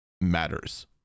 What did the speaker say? matters